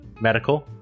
medical